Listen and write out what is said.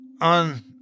on